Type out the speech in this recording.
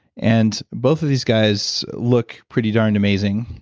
and both of these guys look pretty darn amazing,